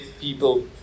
people